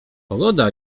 pogoda